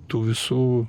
tų visų